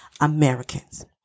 Americans